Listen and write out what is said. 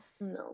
No